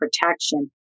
protection